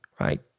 right